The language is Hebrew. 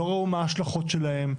לא ראו מה ההשלכות שלהם,